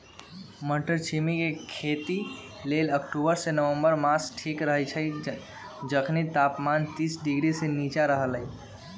मट्टरछिमि के खेती लेल अक्टूबर से नवंबर मास ठीक रहैछइ जखनी तापमान तीस डिग्री से नीचा रहलइ